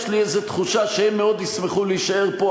יש לי תחושה שהם מאוד ישמחו להישאר פה,